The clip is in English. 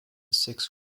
six